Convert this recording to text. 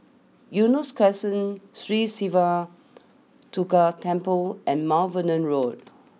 Eunos Crescent Sri Siva Durga Temple and Mount Vernon Road